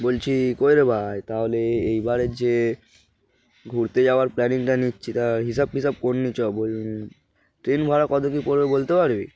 বলছি কই রে ভাই তাহলে এইবারের যে ঘুরতে যাওয়ার প্ল্যানিংটা নিচ্ছি তার হিসাব টিসাব করে নি চো বল ট্রেন ভাড়া কত কি পড়বে বলতে পারবি